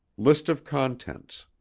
list of contents